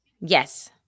Yes